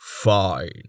Fine